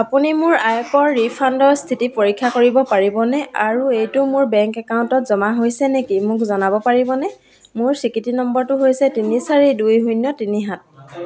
আপুনি মোৰ আয়কৰ ৰিফাণ্ডৰ স্থিতি পৰীক্ষা কৰিব পাৰিবনে আৰু এইটো মোৰ বেংক একাউণ্টত জমা হৈছে নেকি মোক জনাব পাৰিবনে মোৰ স্বীকৃতি নম্বৰটো হৈছে তিনি চাৰি দুই শূন্য তিনি সাত